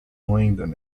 langdon